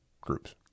groups